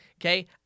okay